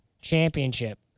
championship